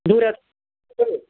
दुराया गांबेसे जाखो